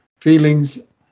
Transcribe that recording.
feelings